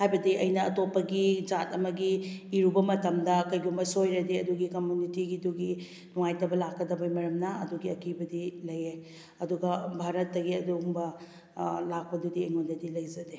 ꯍꯥꯏꯕꯗꯤ ꯑꯩꯅ ꯑꯇꯣꯞꯄꯒꯤ ꯖꯥꯠ ꯑꯃꯒꯤ ꯏꯔꯨꯕ ꯃꯇꯝꯗ ꯀꯔꯤꯒꯨꯝꯕ ꯁꯣꯏꯔꯗꯤ ꯑꯗꯨꯒꯤ ꯀꯝꯃꯨꯅꯤꯇꯤꯒꯤ ꯗꯨꯒꯤ ꯅꯨꯡꯉꯥꯏꯇꯕ ꯂꯥꯛꯀꯗꯕ ꯃꯔꯝꯅ ꯑꯗꯨꯒꯤ ꯑꯀꯤꯕꯗꯤ ꯂꯩꯌꯦ ꯑꯗꯨꯒ ꯚꯥꯔꯠꯇꯒꯤ ꯑꯗꯨꯒꯨꯝꯕ ꯂꯥꯛꯄꯗꯨꯗꯤ ꯑꯩꯉꯣꯟꯗꯗꯤ ꯂꯩꯖꯗꯦ